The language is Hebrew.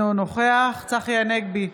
אינו נוכח צחי הנגבי,